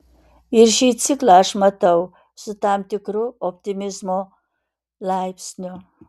ir šį ciklą aš matau su tam tikru optimizmo laipsniu